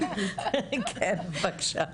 כן, בבקשה.